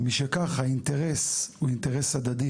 משכך האינטרס הוא הדדי,